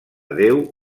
deu